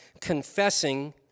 confessing